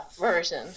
version